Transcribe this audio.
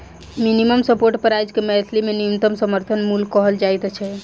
minimum support price के मैथिली मे न्यूनतम समर्थन मूल्य कहल जाइत छै